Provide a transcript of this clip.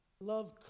Love